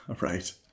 Right